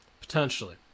Potentially